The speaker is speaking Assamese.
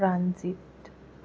প্ৰাণজিৎ